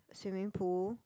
swimming pool